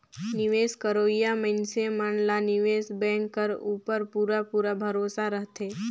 निवेस करोइया मइनसे मन ला निवेस बेंक कर उपर पूरा पूरा भरोसा रहथे